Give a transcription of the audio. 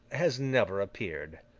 has never appeared.